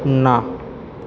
ના